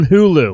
Hulu